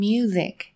Music 》